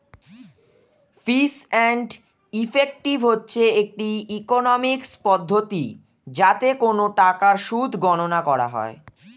fees and effective হচ্ছে একটি economics পদ্ধতি যাতে কোন টাকার সুদ গণনা করা হয়